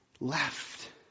left